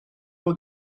were